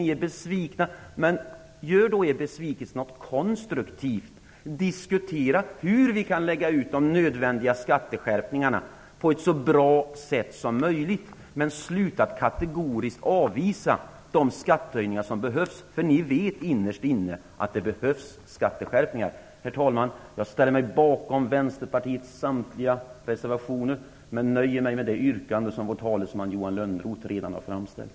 Ni är besvikna. Men gör då er besvikelse till något konstruktivt! Diskutera hur vi kan lägga ut de nödvändiga skatteskärpningarna på ett så bra sätt som möjligt. Sluta att kategoriskt avvisa de skattehöjningar som behövs! Ni vet innerst inne att det behövs skatteskärpningar. Herr talman! Jag ställer mig bakom Vänsterpartiets samtliga reservationer, men nöjer mig med det yrkande som vår talesman Johan Lönnroth redan har framställt.